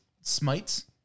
smites